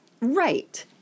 Right